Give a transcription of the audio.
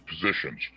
positions